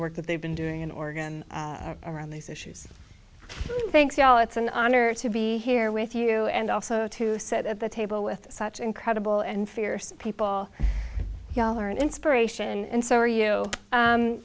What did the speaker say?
work that they've been doing in oregon around these issues thanks ya'll it's an honor to be here with you and also to sit at the table with such incredible and fierce people ya'll are an inspiration and so are you